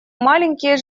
маленькие